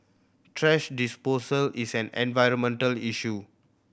thrash disposal is an environmental issue